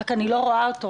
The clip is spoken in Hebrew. אני רק לא רואה אותו.